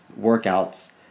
workouts